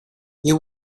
you